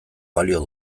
balio